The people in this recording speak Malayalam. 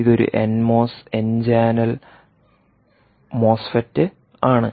ഇത് ഒരു N MOS N channel MOSFET ആണ്